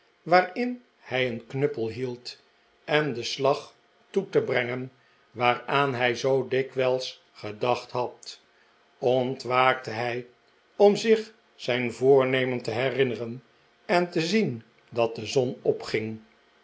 waarin hij een knuppelhield en den slag toe te brengen waaraan hij zoo dikwijls gedacht had ohtwaakte hij om zich zijn voornemen te herinneren en te zien dat de zon opging